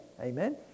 Amen